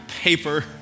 paper